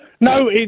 No